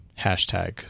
hashtag